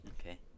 Okay